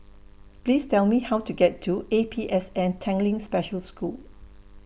Please Tell Me How to get to A P S N Tanglin Special School